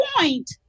point